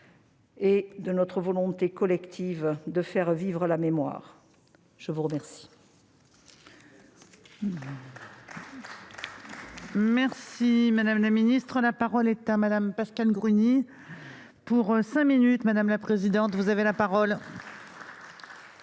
et de notre volonté collective de faire vivre la mémoire. La parole